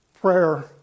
prayer